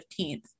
15th